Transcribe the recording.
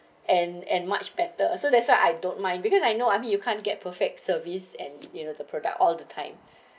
and and much better so that's why I don't mind because I know I mean you can't get perfect service and you know the product all the time